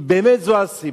אם זו באמת הסיבה.